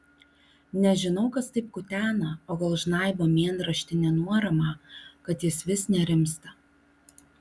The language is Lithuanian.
nežinau kas taip kutena o gal žnaibo mėnraštį nenuoramą kad jis vis nerimsta